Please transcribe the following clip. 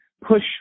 push